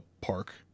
park